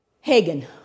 Hagen